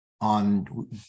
on